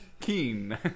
Keen